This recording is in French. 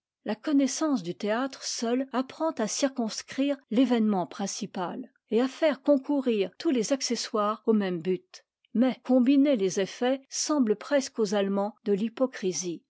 la connaissance du théâtre seule apprend à circonscrire l'événement principal et à faire concourir tous les accessoires au même but mais combiner les effets semble presque aux a emands de l'hypocrisie